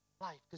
life